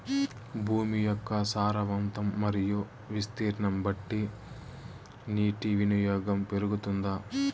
భూమి యొక్క సారవంతం మరియు విస్తీర్ణం బట్టి నీటి వినియోగం పెరుగుతుందా?